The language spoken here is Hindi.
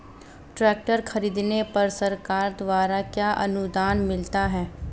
ट्रैक्टर खरीदने पर सरकार द्वारा क्या अनुदान मिलता है?